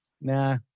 nah